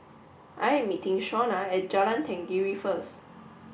I am meeting Shawnna at Jalan Tenggiri first